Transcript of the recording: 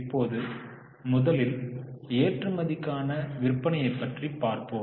இப்போதுமுதலில் ஏற்றுமதிக்கான விற்பனையை பற்றி பார்ப்போம்